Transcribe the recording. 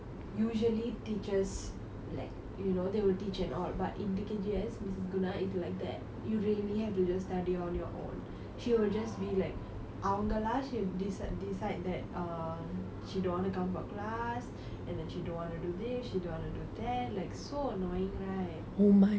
usually teachers like you know they will teach and all but in T_K_G_S missus guna is like that you really have to just study on your own she will just be like அவங்களாம்:avangalam she'll decide decide that err she don't want to come for class and then she don't want to do this she don't want to do that like so annoying right